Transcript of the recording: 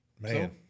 Man